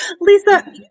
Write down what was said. Lisa